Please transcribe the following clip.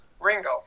Ringo